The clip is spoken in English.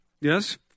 Yes